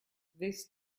this